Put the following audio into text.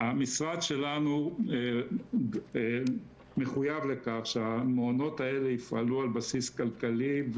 המשרד שלנו מחויב לכך שהמעונות האלה יפעלו על בסיס כלכלי,